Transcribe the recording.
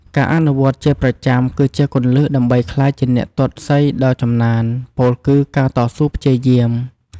ការអនុវត្តន៍ជាប្រចាំ គឺជាគន្លឹះដើម្បីក្លាយជាអ្នកទាត់សីដ៏ចំណាន ពោលគឺការតស៊ូព្យាយាម ។